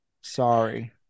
Sorry